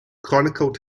chronicled